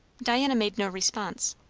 diana made no response.